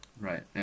Right